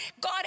God